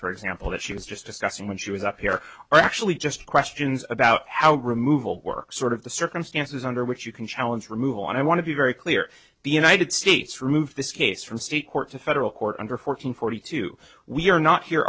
for example that she was just discussing when she was up here or actually just questions about how removal were sort of the circumstances under which you can challenge removal i want to be very clear the united states removed this case from state court to federal court under fourteen forty two we are not here